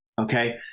Okay